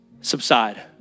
subside